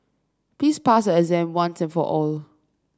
please pass your exam once and for all